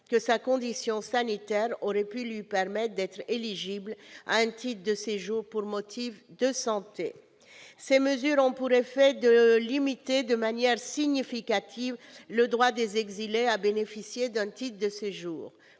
que sa condition sanitaire aurait pu lui permettre d'être éligible à un titre de séjour pour motif de santé. Ces mesures ont pour effet de limiter de manière significative le droit des exilés à bénéficier d'un titre de séjour.